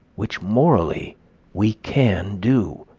which morally we can do.